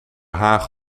haag